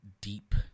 deep